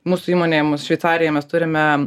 mūsų įmonė mus šveicarijoj mes turime